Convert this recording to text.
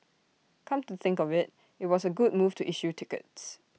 come to think of IT it was A good move to issue tickets